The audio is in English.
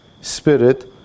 spirit